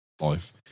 life